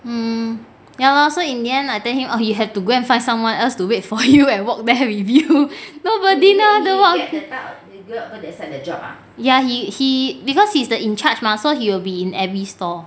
mm ya lor so in the end I tell him oh he had to go and find someone else to wait for you and walk there with you nobody know how to walk ya he he because he's the in charge mah so he will be in every store